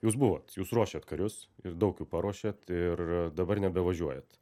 jūs buvot jūs ruošėt karius ir daug jų paruošėt ir dabar nebevažiuojat